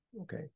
Okay